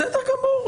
בסדר גמור,